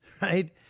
right